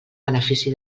benefici